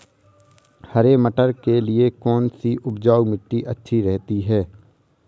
हरे मटर के लिए कौन सी उपजाऊ मिट्टी अच्छी रहती है?